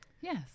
Yes